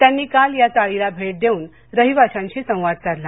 त्यांनी काल या चाळीला भेट देउन रहिवाशांशी संवाद साधला